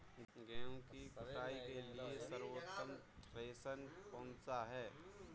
गेहूँ की कुटाई के लिए सर्वोत्तम थ्रेसर कौनसा है?